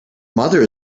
mother